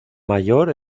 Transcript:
mayor